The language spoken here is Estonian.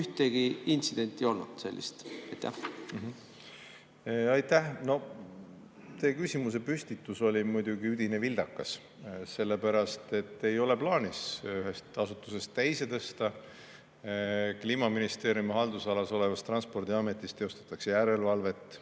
sellist intsidenti olnud. Aitäh! Teie küsimuse püstitus oli muidugi üdini vildakas, sellepärast et ei ole plaanis [raha] ühest asutusest teise tõsta. Kliimaministeeriumi haldusalas olevas Transpordiametis teostatakse järelevalvet,